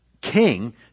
king